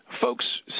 Folks